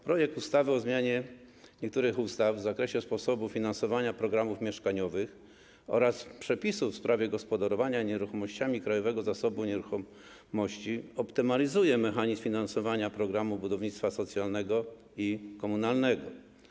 Projekt ustawy o zmianie niektórych ustaw w zakresie sposobu finansowania programów mieszkaniowych oraz przepisów w sprawie gospodarowania nieruchomościami Krajowego Zasobu Nieruchomości optymalizuje mechanizm finansowania programu budownictwa socjalnego i komunalnego.